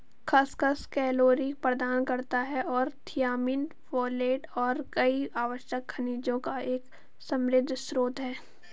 खसखस कैलोरी प्रदान करता है और थियामिन, फोलेट और कई आवश्यक खनिजों का एक समृद्ध स्रोत है